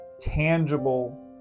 tangible